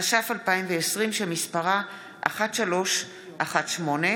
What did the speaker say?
התש"ף 2020, שמספרה מ/1318,